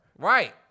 Right